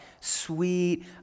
sweet